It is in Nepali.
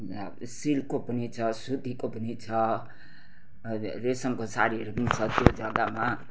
सिल्कको पनि छ सुतीको पनि छ रेसमको साडीहरू पनि छ त्यो जग्गामा